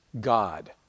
God